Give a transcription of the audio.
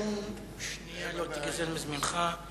שום שנייה לא תיגזל מזמנך.